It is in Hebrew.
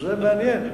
זה מעניין.